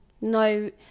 no